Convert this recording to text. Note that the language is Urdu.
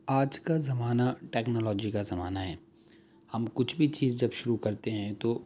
آج کا زمانہ ٹیکنالوجی کا زمانہ ہے ہم کچھ بھی چیز جب شروع کرتے ہیں تو